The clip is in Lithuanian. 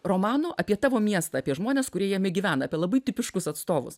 romano apie tavo miestą apie žmones kurie jame gyvena apie labai tipiškus atstovus